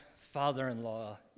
father-in-law